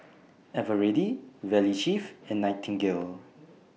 Eveready Valley Chef and Nightingale